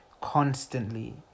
constantly